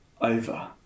over